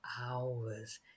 hours